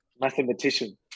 Mathematician